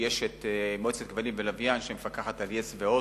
ויש מועצת הכבלים והלוויין, שמפקחת על yes ו"הוט".